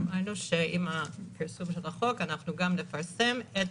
אמרנו שעם פרסום החוק אנחנו גם נפרסם את